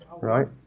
right